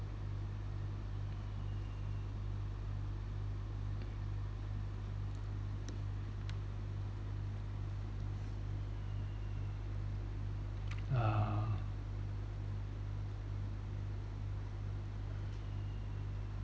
err